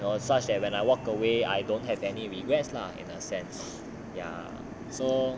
you know such that when I walked away I don't have any regrets lah in a sense ya so